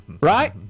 right